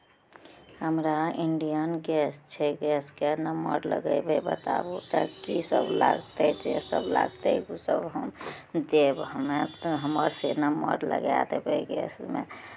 हमरा Indian gas छै गैसके नम्बर लगयबै बताबू कथी सभ लागतै जे सभ लागतै ओसभ हम देब हमर तऽ हमर से नम्बर लगाए देबै गैसमे